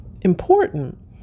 important